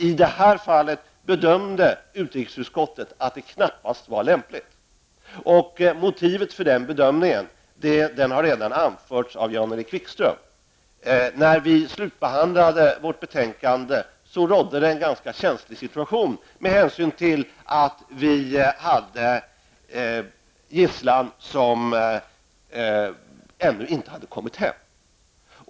I detta fall bedömde utskottet att det inte var lämpligt. Motivet för den bedömningen har redan anförts av Jan-Erik Wikström. När vi slutbehandlade vårt betänkande rådde en ganska känslig situation med hänsyn till att den svenska gisslan ännu inte hade kommit hem.